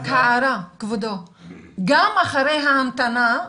גם אחרי ההמתנה,